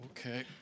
Okay